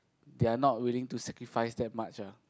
they're not willing to sacrifice that much ah